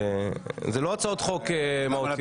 אלה לא הצעות חוק מהותיות.